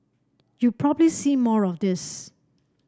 you probably see more of this